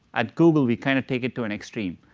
at google we kind of take it to an extreme.